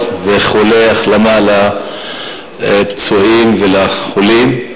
ולאחל איחולי החלמה לפצועים ולחולים.